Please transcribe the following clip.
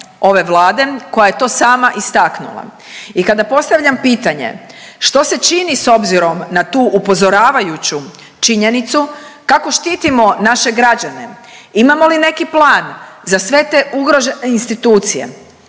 ove Vlade koja je to sama istaknula. I kada postavljam pitanje što se čini s obzirom na tu upozoravajuću činjenicu kako štitimo naše građane, imamo li neki plan za sve te ugrožene institucije.